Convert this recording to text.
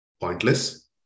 pointless